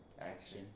Action